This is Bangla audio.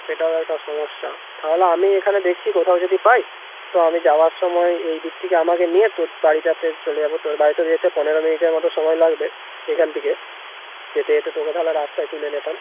সেটাও একটা সমস্যা তাহলে আমি এখানে দেখছি কোথাও যদি পাই তো আমি যাওয়ার সময় এই দিক থেকে আমাকে নিয়ে তোর বাড়িটাতে চলে যাবো তোর বাড়ি তো যেতে পনেরো মিনিটের মতো সময় লাগবে এখান থেকে যেতে যেতে তোকে তাহলে রাস্তায় তুলে নিতাম